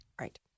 Right